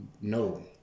No